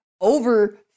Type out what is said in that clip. over